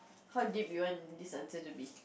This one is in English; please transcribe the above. how deep you want this answer to be